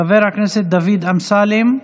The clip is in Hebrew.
חבר הכנסת דוד אמסלם,